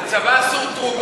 לצבא אסור תרומות,